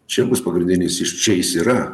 čia bus pagrindinis iš čia jis yra